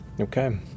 Okay